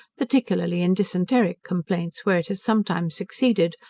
particularly in dysenteric complaints, where it has sometimes succeeded,